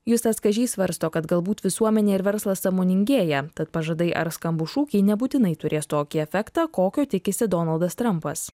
justas kažys svarsto kad galbūt visuomenė ir verslas sąmoningėja tad pažadai ar skambūs šūkiai nebūtinai turės tokį efektą kokio tikisi donaldas trampas